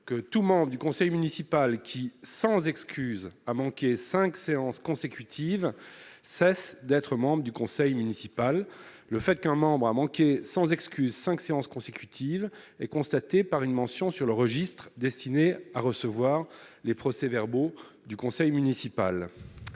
que tout membre du conseil municipal qui sans excuse a manqué 5 séances consécutives cessent d'être membres du conseil municipal, le fait qu'un membre a manqué sans excuses 5 séances consécutives, est constatée par une mention sur le registre destiné à recevoir les procès-verbaux du conseil municipal.